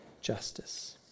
justice